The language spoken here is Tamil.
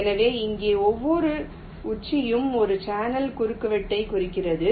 எனவே இங்கே ஒவ்வொரு உச்சியும் ஒரு சேனல் குறுக்குவெட்டைக் குறிக்கிறது